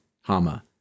hama